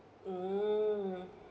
mm